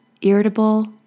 irritable